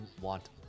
want